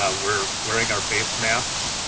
ah we're wearing our face masks,